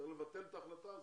צריך לבטל את ההחלטה הזאת,